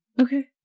Okay